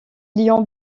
lions